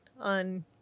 on